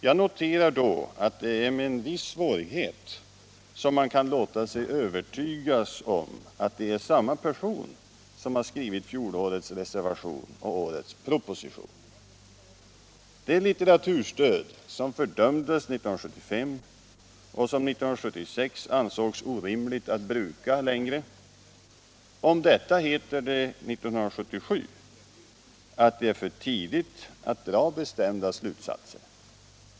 Jag noterar då att det är med en viss svårighet som man kan låta sig övertygas om att det är samma person som har skrivit fjolårets reservation och årets proposition. Det litteraturstöd som fördömdes 1975 och som 1976 ansågs orimligt att bruka längre — om detta heter det 1977 att det är för tidigt att dra bestämda slutsatser.